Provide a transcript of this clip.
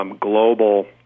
Global